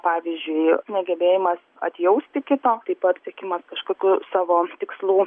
pavyzdžiui negebėjimas atjausti kito taip pat siekimas kažkokių savo tikslų